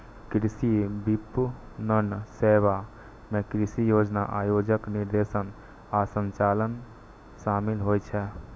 कृषि विपणन सेवा मे कृषि योजना, आयोजन, निर्देशन आ संचालन शामिल होइ छै